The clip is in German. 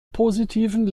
positiven